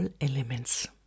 elements